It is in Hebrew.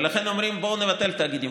ולכן אומרים: בואו נבטל את התאגידים,